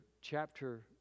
chapter